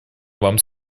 вам